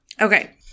Okay